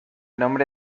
nombre